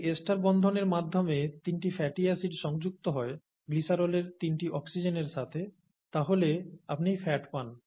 যদি এস্টার বন্ধনের মাধ্যমে তিনটি ফ্যাটি অ্যাসিড সংযুক্ত হয় গ্লিসেরলের তিনটি অক্সিজেনের সাথে তাহলে আপনি ফ্যাট পান